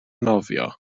nofio